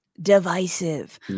divisive